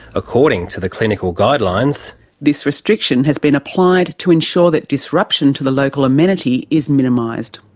according to the clinical guidelines this restriction has been applied to ensure that disruption to the local amenity is minimised.